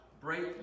break